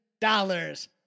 dollars